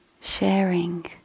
sharing